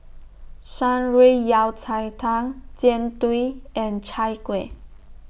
Shan Rui Yao Cai Tang Jian Dui and Chai Kuih